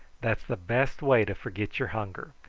that's the best way to forget your hunger.